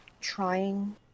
trying